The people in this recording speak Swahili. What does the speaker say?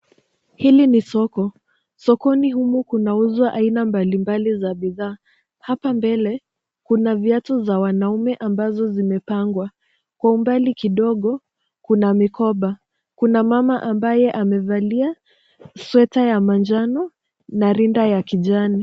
Hili ni soko. Sokoni humu kunauzwa aina mbalimbali za bidhaa. Hapa mbele kuna viatu za wanaume ambazo zimepangwa. Kwa umbali kidogo kuna mikoba. Kuna mama ambaye amevalia sweta ya manjano na rinda ya kijani.